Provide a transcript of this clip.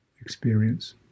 experience